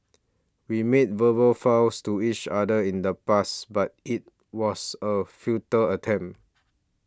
we made verbal vows to each other in the past but it was a futile attempt